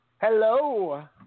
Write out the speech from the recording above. Hello